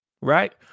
right